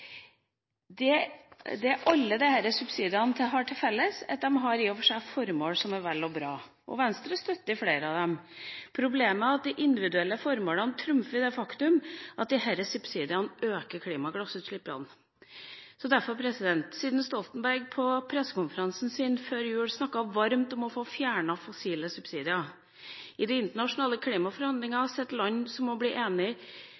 det til sist. Det alle disse subsidiene har til felles, er at de i og for seg har formål som er vel og bra. Venstre støtter flere av dem. Problemet er at de individuelle formålene trumfer det faktum at disse subsidiene øker klimagassutslippene. Så derfor, siden Stoltenberg på pressekonferansen sin før jul snakket varmt om å få fjernet fossile subsidier: I de internasjonale